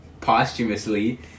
posthumously